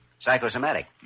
Psychosomatic